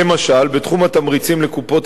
בתחום התמריצים לקופות-החולים בתחום